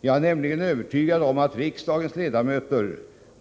Jag är nämligen övertygad om att riksdagens ledamöter